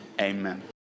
amen